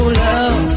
love